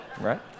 right